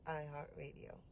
iHeartRadio